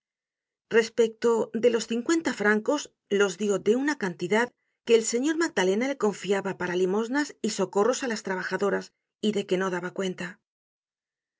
respecto de los cincuenta francos los dió de una cantidad que el señor magdalena le confiaba para limosnas y socorros á las trabajadoras y de que no daba cuenta